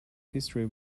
history